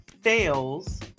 fails